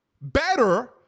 better